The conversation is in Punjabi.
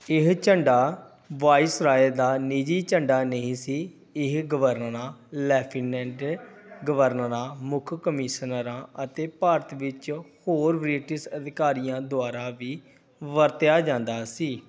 ਇਹ ਝੰਡਾ ਵਾਇਸਰਾਏ ਦਾ ਨਿੱਜੀ ਝੰਡਾ ਨਹੀਂ ਸੀ ਇਹ ਗਵਰਨਰਾਂ ਲੈਫਟੀਨੈਂਟ ਗਵਰਨਰਾਂ ਮੁੱਖ ਕਮਿਸ਼ਨਰਾਂ ਅਤੇ ਭਾਰਤ ਵਿੱਚ ਹੋਰ ਬ੍ਰਿਟਿਸ਼ ਅਧਿਕਾਰੀਆਂ ਦੁਆਰਾ ਵੀ ਵਰਤਿਆ ਜਾਂਦਾ ਸੀ